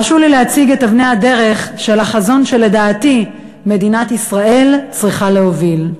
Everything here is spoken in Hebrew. הרשו לי להציג את אבני הדרך של החזון שלדעתי מדינת ישראל צריכה להוביל.